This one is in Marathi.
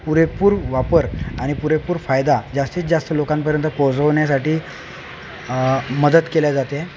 पुरेपूर वापर आणि पुरेपूर फायदा जास्तीत जास्त लोकांपर्यंत पोहोचवण्यासाठी मदत केली जाते